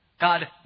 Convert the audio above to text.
God